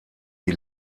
die